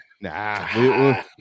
nah